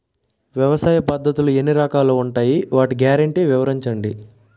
వ్యవసాయ పద్ధతులు ఎన్ని రకాలు ఉంటాయి? వాటి గ్యారంటీ వివరించండి?